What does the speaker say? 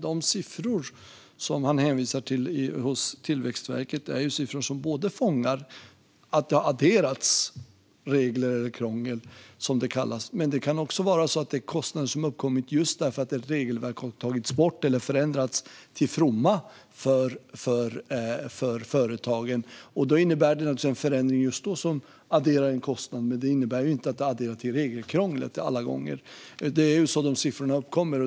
De siffror från Tillväxtverket som han hänvisar till är sådana som fångar upp att det har adderats regler eller krångel, som det kallas, men det kan också vara kostnader som har uppkommit just för att ett regelverk har tagits bort eller förändrats till fromma för företag. Det innebär en förändring som just då adderar en kostnad, men det betyder inte att regelkrånglet ökar alla gånger. Det är så siffrorna uppkommer.